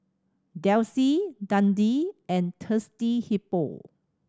Delsey Dundee and Thirsty Hippo